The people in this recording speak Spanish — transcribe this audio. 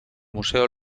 museo